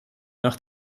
nach